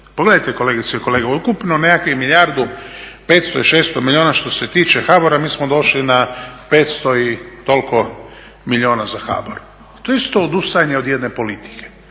Pogledajte kolegice i kolege, ukupno nekakvih milijardu 500 i 600 milijuna što se tiče HABOR-a mi smo došli na 500 i toliko milijuna za HABOR. To je isto odustajanje od jedne politike.